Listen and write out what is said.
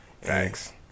Thanks